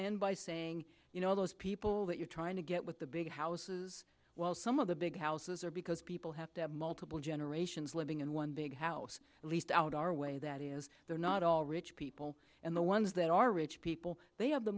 and by saying you know all those people that you're trying to get with the big houses well some of the big houses are because people have to have multiple generations living in one big house leased out our way that is they're not all rich people and the ones that are rich people they have the